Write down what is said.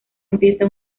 empieza